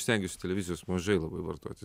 stengiuosi televizijos mažai labai vartoti